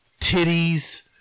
titties